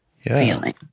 feeling